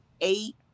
eight